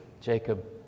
Jacob